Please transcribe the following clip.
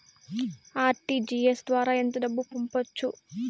RTGS ద్వారా ఎంత డబ్బు పంపొచ్చు?